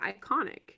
iconic